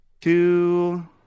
two